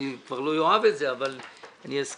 אני כבר לא אוהב את זה, אבל אני אסכים.